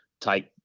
take